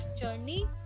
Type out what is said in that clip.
journey